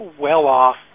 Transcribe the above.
well-off